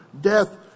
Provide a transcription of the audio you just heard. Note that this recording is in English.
death